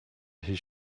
his